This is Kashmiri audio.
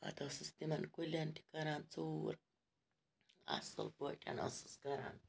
پَتہٕ ٲسٕس تِمَن کُلٮ۪ن تہِ کَران ژوٗر اَصٕل پٲٹھۍ ٲسٕس کَران